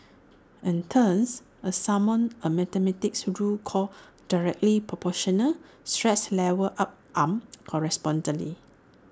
and thus A summon A mathematics rule called directly Proportional stress levels up on correspondingly